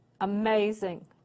Amazing